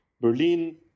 Berlin